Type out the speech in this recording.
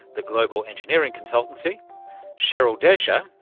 the global engineering consultancy cheryl desha,